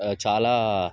చాలా